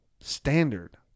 standard